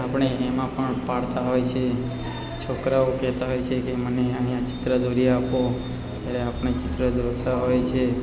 આપણે એમાં પણ પાડતા હોય છે છોકરાઓ કહેતા હોય છે કે મને અહીંયા ચિત્ર દોરી આપો ત્યારે આપણે ચિત્ર દોરતા હોય છે